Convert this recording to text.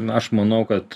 na aš manau kad